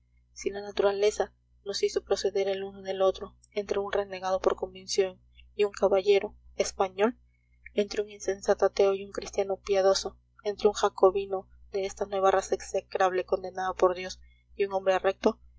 si la naturaleza nos hizo proceder el uno del otro entre un renegado por convicción y un caballero español entre un insensato ateo y un cristiano piadoso entre un jacobino de esta nueva raza execrable condenada por dios y un hombre recto